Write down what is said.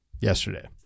yesterday